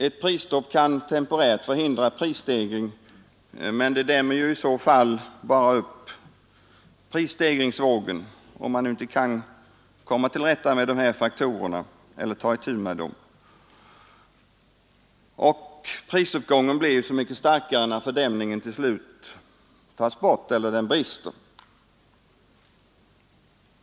Ett prisstopp kan temporärt förhindra prisstegring men dämmer bara upp prisstegringsvågen, om man inte kan få ett grepp om prisstegringsfaktorerna. Prisuppgången blir bara så mycket starkare när fördämningen till slut brister.